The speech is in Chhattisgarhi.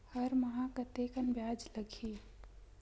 हर माह कतेकन ब्याज लगही?